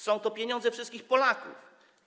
Są to pieniądze wszystkich Polaków.